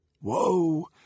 Whoa